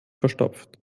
verstopft